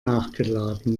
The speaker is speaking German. nachgeladen